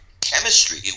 chemistry